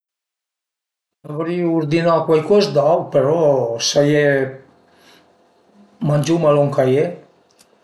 Avrìu urdinà cuaicoz d'aut però s'a ie mangiuma lon ch'a ie